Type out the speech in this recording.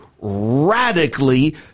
radically